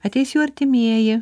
ateis jų artimieji